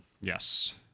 Yes